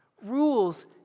rules